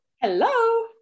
Hello